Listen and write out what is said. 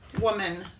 woman